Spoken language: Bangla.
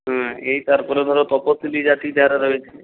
হ্যাঁ এই তারপরে ধর তফশিলি জাতি যারা রয়েছে